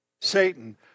Satan